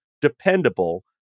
dependable